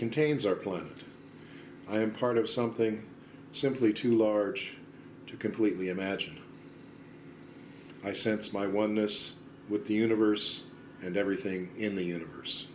contains our planet i am part of something simply too large to completely imagine i sense my oneness with the universe and everything in the universe